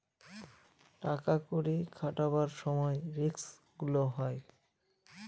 টাকা কড়ি খাটাবার সময় রিস্ক গুলো হয়